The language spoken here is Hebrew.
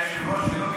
אדוני היושב-ראש,